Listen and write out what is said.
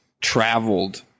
traveled